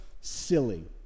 silly